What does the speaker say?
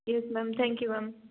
yes ma'am thank you ma'am